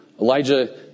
Elijah